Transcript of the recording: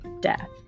death